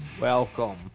Welcome